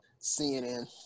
CNN